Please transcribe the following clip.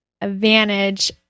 advantage